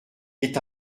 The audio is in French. est